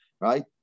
right